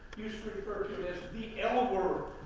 used to refer to as the l word,